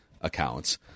accounts